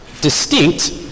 Distinct